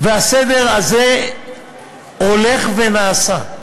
הסדר הזה הולך ונעשה,